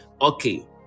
okay